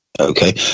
okay